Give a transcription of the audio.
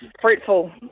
Fruitful